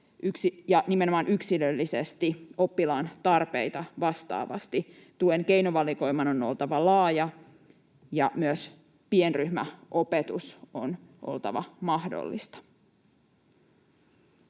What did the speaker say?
ja nimenomaan yksilöllisesti, oppilaan tarpeita vastaavasti. Tuen keinovalikoiman on oltava laaja, ja myös pienryhmäopetuksen on oltava mahdollista.